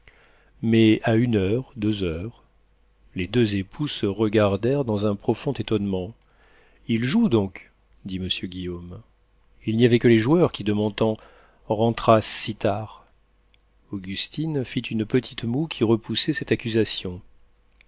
mais à une heure deux heures les deux époux se regardèrent dans un profond étonnement il joue donc dit monsieur guillaume il n'y avait que les joueurs qui de mon temps rentrassent si tard augustine fit une petite moue qui repoussait cette accusation